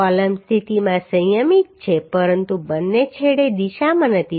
column સ્થિતિમાં સંયમિત છે પરંતુ બંને છેડે દિશામાં નથી